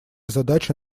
задача